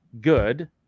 good